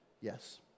Yes